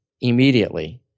immediately